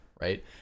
Right